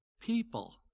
people